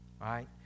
right